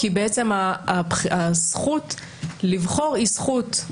כי בעצם הזכות לבחור היא זכות,